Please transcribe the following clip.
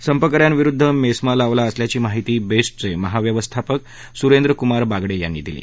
संपक यांविरुद्ध मेस्मा लावला असल्याची माहिती बेस्टचे महाव्यवस्थापक सुरेंद्र कुमार बागडे यांनी दिली